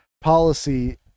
policy